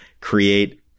create